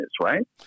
right